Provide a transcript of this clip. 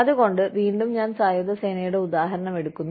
അതുകൊണ്ട് വീണ്ടും ഞാൻ സായുധ സേനയുടെ ഉദാഹരണം എടുക്കുന്നു